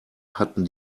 hatten